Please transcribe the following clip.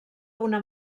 una